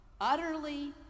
utterly